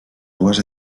dues